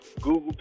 Google